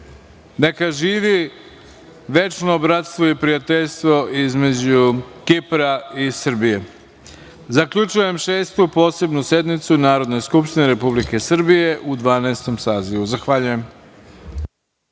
živi večno bratstvo i prijateljstvo između Kipra i Srbije. Zaključujem Šestu posebnu sednicu Narodne skupštine Republike Srbije u Dvanaestom sazivu. Zavaljujem.